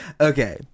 Okay